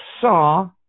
saw